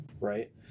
right